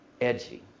edgy